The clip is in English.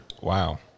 Wow